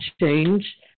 change